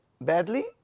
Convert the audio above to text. badly